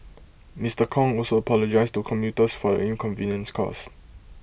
Mister Kong also apologised to commuters for the inconvenience caused